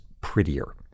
prettier